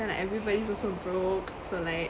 time everybody's also broke so like